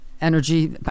energy